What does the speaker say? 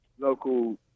local